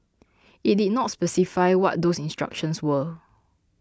it did not specify what those instructions were